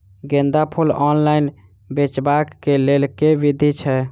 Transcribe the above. गेंदा फूल ऑनलाइन बेचबाक केँ लेल केँ विधि छैय?